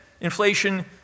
inflation